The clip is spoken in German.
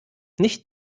nicht